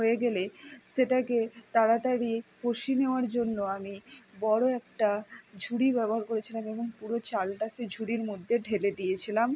হয়ে গেলে সেটাকে তাড়াতাড়ি কষি নেওয়ার জন্য আমি বড়ো একটা ঝুড়ি ব্যবহার করেছিলাম এবং পুরো চালটা সেই ঝুড়ির মধ্যে ঢেলে দিয়েছিলাম